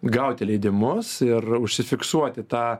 gauti leidimus ir užsifiksuoti tą